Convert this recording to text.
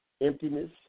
emptiness